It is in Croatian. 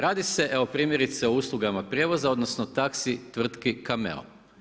Radi se primjerice o uslugama prijevoza odnosno taxi tvrtki Cammeo.